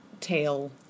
tail